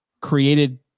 created